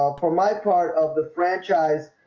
um for my part of the franchise.